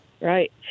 Right